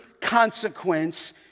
consequence